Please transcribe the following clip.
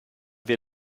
wir